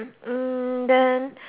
hmm then